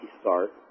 start